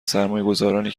سرمایهگذارنی